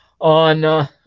on